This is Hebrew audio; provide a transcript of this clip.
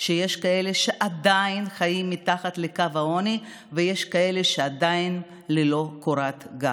שיש כאלה שעדיין חיים מתחת לקו העוני ויש כאלה שעדיין ללא קורת גג.